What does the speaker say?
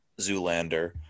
Zoolander